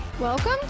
Welcome